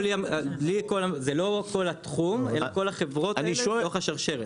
זה לא כל התחום, אלא כל החברות האלה בתוך השרשרת.